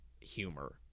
humor